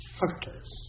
factors